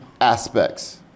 aspects